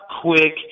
quick